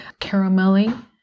caramelly